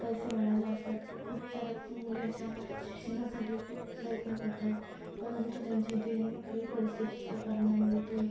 पैसे भरायला असतात खूप साऱ्या मुली अशा शिक्षणासाठी खूप प्रयत्न करतात परंतु त्यांच्या इथे काही परिस्थितीच्या कारणामुळे तो एक